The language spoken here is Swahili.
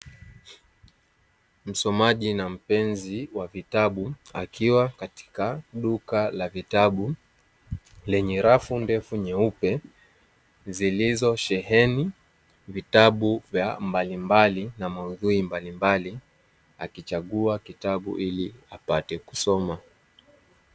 Msomaji na mpenzi wa vitabu akiwa katika duka la vitabu lenye rafu ndefu nyeupe zilizosheheni vitabu vya mbalimbali na maudhui mbalimbali akichagua kitabu ili apate kusoma.